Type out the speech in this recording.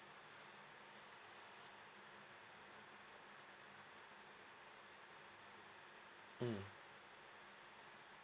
mm